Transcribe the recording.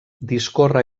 discorre